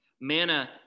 Manna